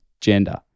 gender